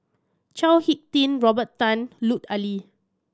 Chao Hick Tin Robert Tan and Lut Ali